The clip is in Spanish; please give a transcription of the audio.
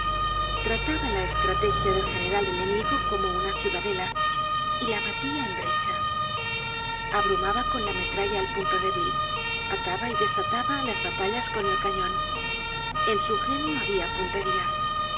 trataba la estrategia del general enemigo como una ciudadela y la batia en brecha abrumaba con la metralla el punto débil ataba y desataba las ba content from google book search generated at tallas con el cañon en su genio habia puntería